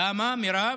למה, מירב?